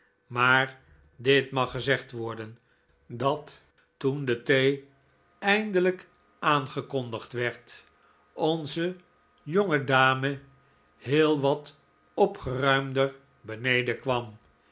maar dit mag gezegd worden dat toen de thee eindelijk aangekondigd werd onze jonge dame heel wat opgcruimdcr bcnedcn kwam